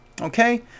okay